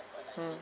mm